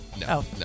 no